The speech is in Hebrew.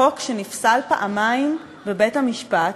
חוק שנפסל פעמיים בבית-המשפט.